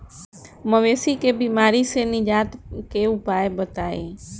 मवेशी के बिमारी से निजात के उपाय बताई?